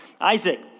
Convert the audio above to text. Isaac